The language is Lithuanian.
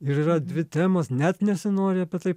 ir yra dvi temos net nesinori apie tai